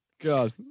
God